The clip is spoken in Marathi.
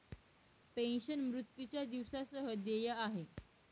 पेन्शन, मृत्यूच्या दिवसा सह देय आहे